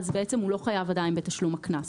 הוא לא חייב עדיין בתשלום הקנס.